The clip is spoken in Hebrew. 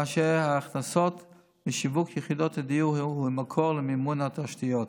כאשר ההכנסות משיווק יחידות הדיור היו מקור למימון התשתיות.